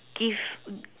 give